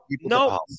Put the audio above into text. no